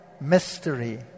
mystery